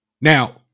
Now